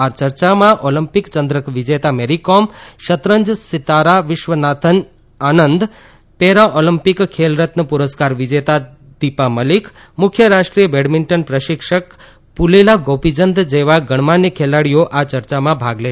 આ ચર્ચામાં ઓલિમ્પિક ચંદ્રક વિજેતા મેરી કોમ શરતંજ સીતારા વિશ્વનાથન આનંદ પેરા ઓલિમ્પિક ખેલ રત્ન પુરસ્કાર વિજેતા દીપા મલિક મુખ્ય રાષ્ટ્રીય બેડમિંટન પ્રશીક્ષક પુલેલા ગોપીયંદ જેવા ગણમાન્ય ખેલાડીઓ આ ચર્ચામાં ભાગ લેશ